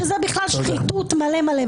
שזה בכלל שחיתות מלא-מלא.